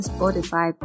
Spotify